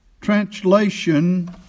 translation